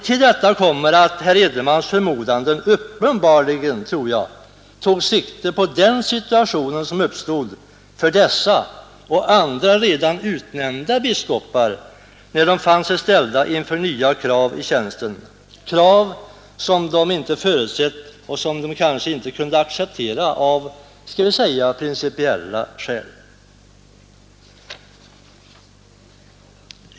Till detta kommer att herr Edenmans förmodanden uppenbarligen tog sikte på den situation, som uppstod för dessa och andra redan utnämnda biskopar när de fann sig ställda inför nya krav i tjänsten, krav som de kanske inte förutsett och som de måhända inte kunde acceptera av principiella skäl.